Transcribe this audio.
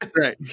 Right